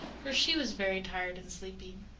for she was very tired and sleepy.